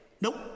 Nope